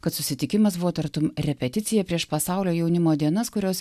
kad susitikimas buvo tartum repeticija prieš pasaulio jaunimo dienas kurios